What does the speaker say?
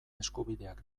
eskubideak